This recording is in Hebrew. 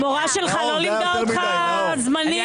המורה שלך לא לימדה אותך זמנים?